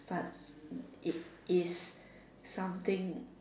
but it is something